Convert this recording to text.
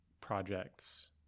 projects